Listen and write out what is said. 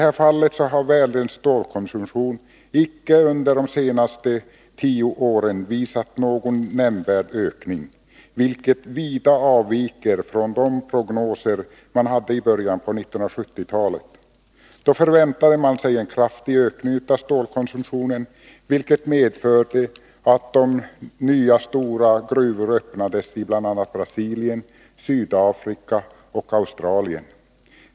Världens stålkonsumtion har under de senaste tio åren icke visat någon nämnvärd ökning, vilket vida avviker från de prognoser man hade i början av 1970-talet. Då förväntade man sig en kraftig ökning av stålkonsumtionen, vilket medförde att nya stora gruvor öppnades i bl.a. Brasilien, Sydafrika och Australien.